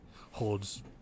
holds